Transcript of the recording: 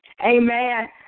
Amen